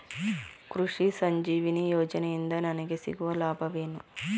ಕೃಷಿ ಸಂಜೀವಿನಿ ಯೋಜನೆಯಿಂದ ನನಗೆ ಸಿಗುವ ಲಾಭವೇನು?